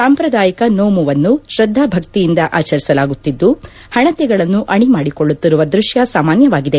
ಸಾಂಪ್ರದಾಯಿಕ ನೋಮುವನ್ನು ಶ್ರದ್ದಾ ಭಕ್ತಿಯಿಂದ ಆಚರಿಸಲಾಗುತ್ತಿದ್ದು ಹಣತೆಗಳನ್ನು ಅಣಿ ಮಾಡಿಕೊಳ್ಳುತ್ತಿರುವ ದೃಶ್ಯ ಸಾಮಾನ್ಯವಾಗಿದೆ